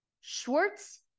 Schwartz